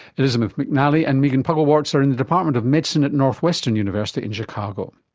elizabeth mcnally and megan puckelwartz are in the department of medicine at northwestern university in chicago.